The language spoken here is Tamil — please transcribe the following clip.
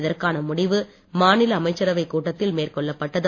இதற்கான முடிவு மாநில அமைச்சரவைக் கூட்டத்தில் மேற்கொள்ளப்பட்டது